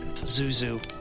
Zuzu